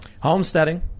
Homesteading